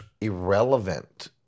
irrelevant